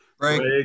Right